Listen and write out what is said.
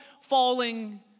falling